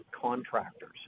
contractors